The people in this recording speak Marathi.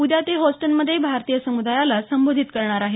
उद्या ते होस्टनमध्ये भारतीय समुदायाला संबोधित करणार आहेत